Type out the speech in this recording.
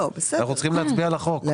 אנחנו צריכים להצביע על החוק.